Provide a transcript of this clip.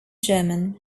german